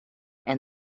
and